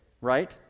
right